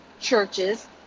churches